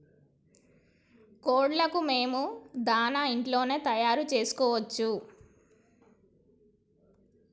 కోళ్లకు మేము దాణా ఇంట్లోనే తయారు చేసుకోవచ్చా?